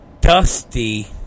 dusty